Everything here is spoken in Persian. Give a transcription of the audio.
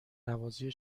نوازی